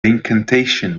incantation